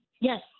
Yes